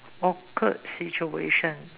awkward situation